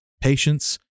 patience